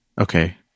Okay